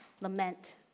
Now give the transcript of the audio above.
lament